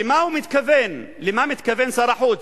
למה הוא מתכוון, למה מתכוון שר החוץ?